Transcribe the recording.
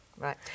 Right